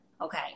Okay